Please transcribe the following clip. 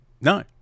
No